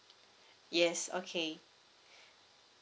yes okay